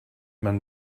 man